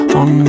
on